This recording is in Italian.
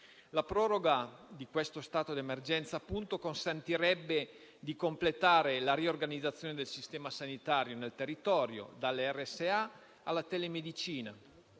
La proroga di questo stato d'emergenza consentirebbe, appunto, di completare la riorganizzazione del sistema sanitario nel territorio, dalle RSA alla telemedicina,